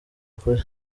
ukuri